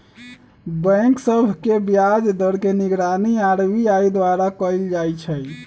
bank सभ के ब्याज दर के निगरानी आर.बी.आई द्वारा कएल जाइ छइ